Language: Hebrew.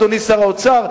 אדוני שר האוצר,